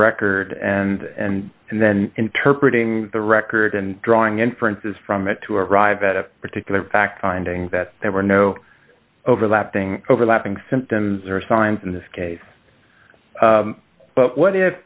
record and and then interpret ing the record and drawing inferences from it to arrive at a particular fact finding that there were no overlapping overlapping symptoms or signs in this case but what if